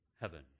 heaven